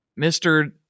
Mr